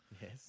Yes